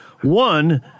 One